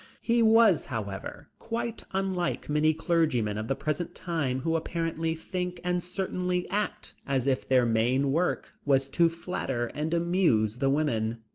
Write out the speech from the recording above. he was, however, quite unlike many clergymen of the present time who apparently think and certainly act as if their main work was to flatter and amuse the women.